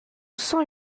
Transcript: cent